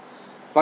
but